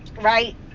right